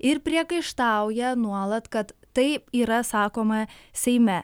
ir priekaištauja nuolat kad taip yra sakoma seime